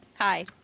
hi